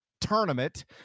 tournament